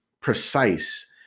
precise